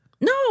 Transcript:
No